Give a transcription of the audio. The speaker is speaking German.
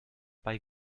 bei